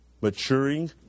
maturing